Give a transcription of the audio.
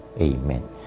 Amen